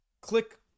click